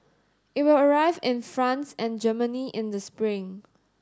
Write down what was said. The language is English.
it will arrive in France and Germany in the spring